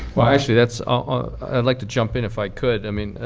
well, actually, that's i'd like to jump in. if i could? i mean,